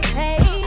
hey